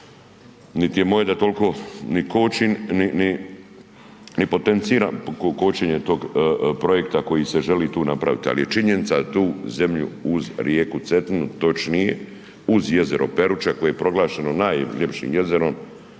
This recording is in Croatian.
niti je moje da tolko ni kočim, ni potenciram kočenje tog projekta koji se želi tu napravit, al je činjenica da tu zemlju uz rijeku Cetinu, točnije uz jezero Peruča, koje je proglašeno uz jezero